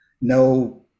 no